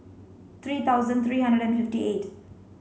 three thousand three hundred and fifty eight